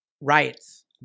riots